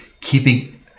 keeping